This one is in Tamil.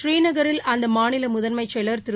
புநீநகரில் அந்த மாநில முதன்மைச் செயலர் திரு